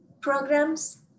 programs